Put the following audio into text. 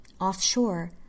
Offshore—